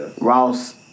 Ross